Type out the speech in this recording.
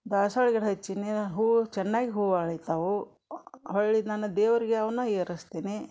ದಾಸ್ವಾಳ ಗಿಡ ಹಚ್ಚಿನಿ ಹೂವು ಚೆನ್ನಾಗಿ ಹೂವು ಅರ್ಳಿತ್ತು ಅವು ಹೊರ್ಳಿ ಅದನ್ನು ದೇವ್ರಿಗೆ ಅವನ್ನ ಏರಿಸ್ತೀನಿ